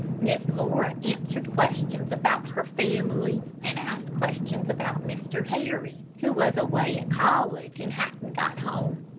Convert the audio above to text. miss laura answered questions about her family, and asked questions about mr. harry, who was away at college and hadn't got home.